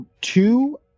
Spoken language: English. two